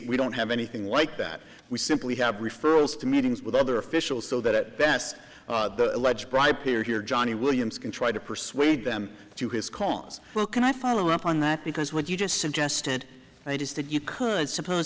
we don't have anything like that we simply have referrals to meetings with other officials so that best the alleged bribe here here johnny williams can try to persuade them to his cause well can i follow up on that because what you just suggested and it is that you could suppose